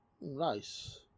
Nice